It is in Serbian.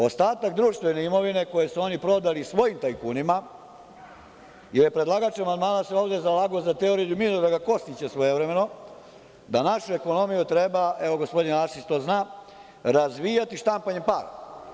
Ostatak društvene imovine koju su oni prodali svojim tajkunima, jer predlagač amandmana se ovde zalagao za teoriju Miodraga Kostića, svojevremeno, da našu ekonomiju treba, evo gospodin Arsić to zna, razvijati štampanjem para.